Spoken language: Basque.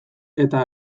eta